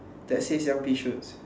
that says young pea shoots